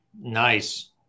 Nice